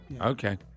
Okay